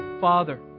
Father